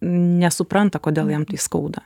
nesupranta kodėl jam tai skauda